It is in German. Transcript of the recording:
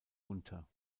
unter